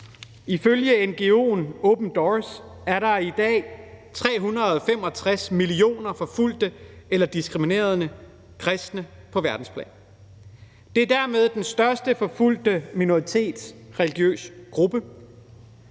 Ifølge ngo'en Open Doors er der i dag 365 millioner forfulgte eller diskriminerede kristne på verdensplan. Det er dermed den største forfulgte minoritet, religiøse gruppe,